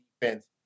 defense